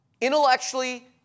intellectually